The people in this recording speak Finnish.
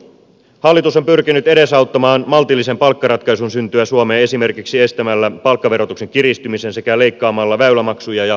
hallitus on pyrkinyt edesauttamaan maltillisen palkkaratkaisun syntyä suomeen esimerkiksi estämällä palkkaverotuksen kiristymisen sekä leikkaamalla väylämaksuja ja rataveroa